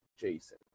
Jason